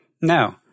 no